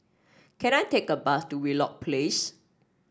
can I take a bus to Wheelock Place